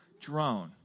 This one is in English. drone